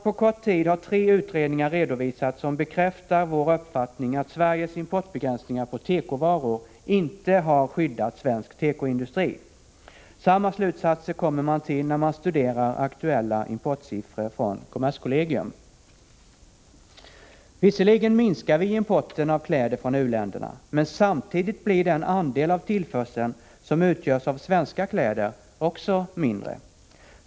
På kort tid har tre utredningar redovisats som bekräftar vår uppfattning att Sveriges importbegränsningar i fråga om tekovaror inte skyddar svensk tekoindustri. Samma slutsatser kommer man till när man studerar aktuella importsiffror från kommerskollegium. Visserligen minskar vi importen av kläder från u-länderna, men samtidigt blir den andel av tillförseln som utgörs av svenska kläder också mindre.